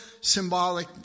symbolic